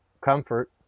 comfort